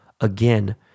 Again